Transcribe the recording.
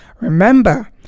Remember